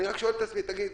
אני רק שואל את עצמי: תגיד,